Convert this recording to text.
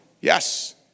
Yes